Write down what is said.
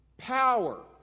Power